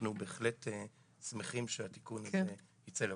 בהחלט שמחים שהתיקון הזה ייצא לפועל.